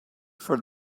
for